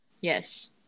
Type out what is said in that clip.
Yes